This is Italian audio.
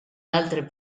altre